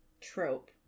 trope